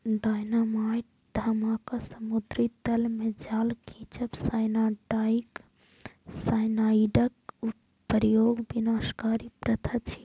dynamite धमाका, समुद्री तल मे जाल खींचब, साइनाइडक प्रयोग विनाशकारी प्रथा छियै